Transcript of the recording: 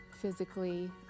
Physically